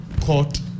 court